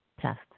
Test